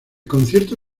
concierto